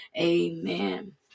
Amen